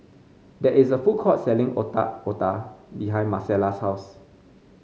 there is a food court selling Otak Otak behind Marcella's house